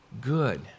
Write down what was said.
good